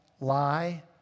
lie